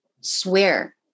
swear